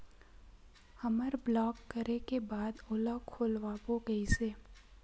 हमर ब्लॉक करे के बाद ओला खोलवाबो कइसे?